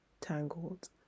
tangled